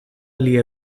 lia